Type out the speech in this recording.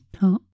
top